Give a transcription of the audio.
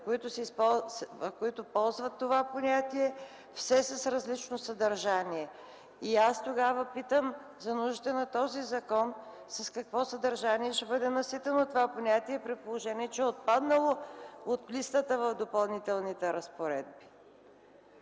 които ползват това понятие все с различно съдържание. И аз тогава питам за нуждите на този закон с какво съдържание ще бъде наситено това понятие при положение, че е отпаднало от листата в Допълнителните разпоредби.